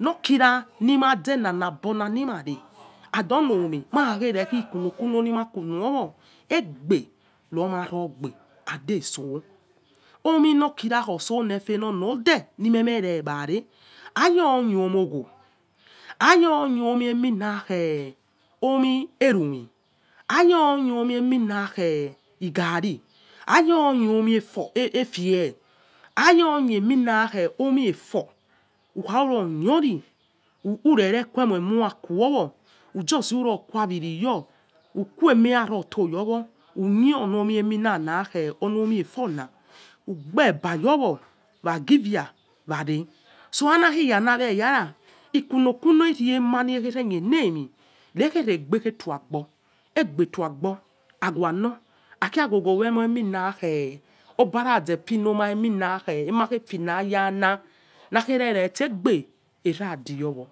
Nokira nimazenana bona nimare and onomie marakhe ne enikunokuno makunowo egbe marogbe and otso omi nokira khotsone efenonode nimemeregbare ayoniomi ogho ayoniomo eminakhe omi erami ayoniomi eminakhe igarri ayo nlo omi efor efie ayonieminakhe omi efor ukhanru ron ori ureemoi mekha quowo ujusi ru ro quariyor uquemera nto yor uminomie forna ugbe eba yowo wagiria ware so aha kheyo naweyara ikunu kunu ema nekhere nionomi rekheregbe khe tuogbo egbe tuogbo awano akhigho gh nemioh eminakhe ebaraza finoma eminakhe ema khefino ayana nakherere ste egbe eradiowo